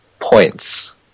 points